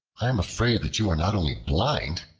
i am afraid that you are not only blind,